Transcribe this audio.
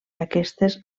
aquestes